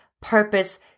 purpose